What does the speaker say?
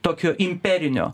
tokio imperinio